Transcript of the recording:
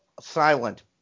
silent